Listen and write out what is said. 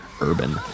urban